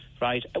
right